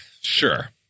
Sure